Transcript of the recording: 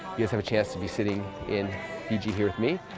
guys have a chance to be sitting in fiji, here with me,